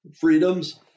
freedoms